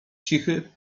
cichy